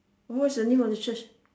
what's the name of your church